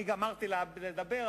אני גמרתי לדבר,